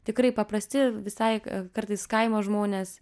tikrai paprasti visai kartais kaimo žmonės